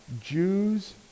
Jews